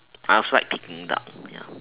I also like peking duck